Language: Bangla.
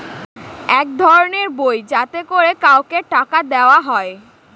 এক ধরনের বই যাতে করে কাউকে টাকা দেয়া হয়